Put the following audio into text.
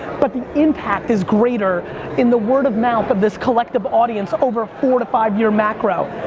but the impact is greater in the word of mouth of this collective audience over a four to five year macro.